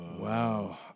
Wow